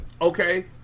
okay